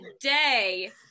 today